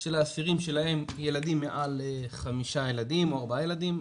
של האסירים שלהם ילדים מעל 5 ילדים או 4 ילדים,